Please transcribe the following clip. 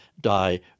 die